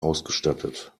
ausgestattet